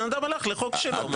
אדם הולך לחוק שלו.